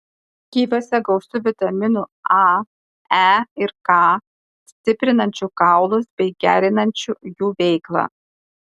kiviuose gausu vitaminų a e ir k stiprinančių kaulus bei gerinančių jų veiklą